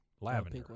Lavender